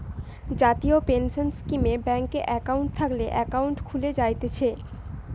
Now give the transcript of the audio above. জাতীয় পেনসন স্কীমে ব্যাংকে একাউন্ট থাকলে একাউন্ট খুলে জায়তিছে